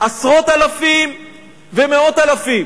עשרות אלפים ומאות אלפים